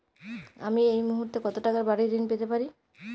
আমি এই মুহূর্তে কত টাকা বাড়ীর ঋণ পেতে পারি?